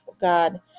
God